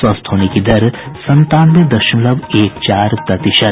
स्वस्थ होने की दर संतानवे दशमलव एक चार प्रतिशत